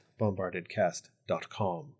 bombardedcast.com